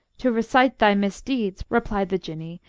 to recite thy misdeeds, replied the jinnee,